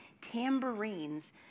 tambourines